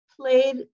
played